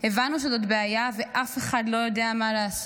הבנו שזאת בעיה, ואף אחד לא יודע מה לעשות.